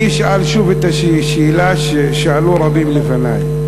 אני אשאל שוב את השאלה ששאלו רבים לפני: